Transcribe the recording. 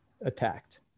attacked